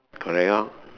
correct lor